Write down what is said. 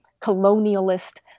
colonialist